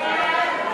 התשע"ו